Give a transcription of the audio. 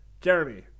Jeremy